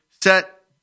set